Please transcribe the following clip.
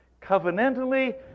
covenantally